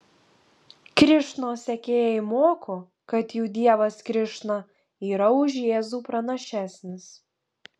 krišnos sekėjai moko kad jų dievas krišna yra už jėzų pranašesnis